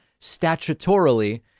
statutorily